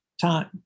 time